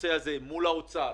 בנושא הזה מול משרד האוצר,